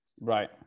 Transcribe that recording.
Right